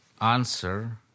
answer